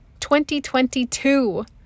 2022